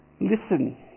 listen